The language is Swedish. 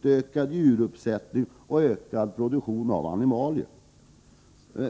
ökade djuruppsättningar och ökad produktion av animalieprodukter.